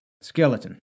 skeleton